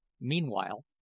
Meanwhile